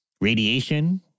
radiation